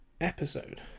episode